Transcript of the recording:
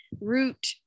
root